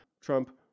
Trump